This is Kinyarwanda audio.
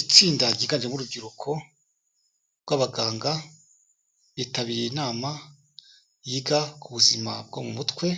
Itsinda ryiganjemo urubyiruko rw'abaganga bitabiriye inama yiga ku buzima bwo mu mutwe,